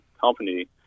company